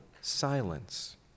silence